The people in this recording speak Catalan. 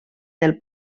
del